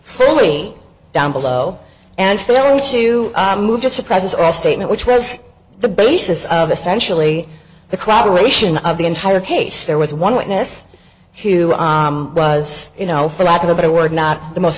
fairly down below and film to move just a presence or a statement which was the basis of essentially the crowd ration of the entire case there was one witness who was you know for lack of a better word not the most